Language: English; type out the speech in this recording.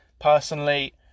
Personally